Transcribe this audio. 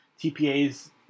TPAs